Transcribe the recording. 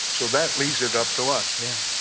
so that leaves it up to us yeah.